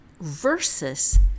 versus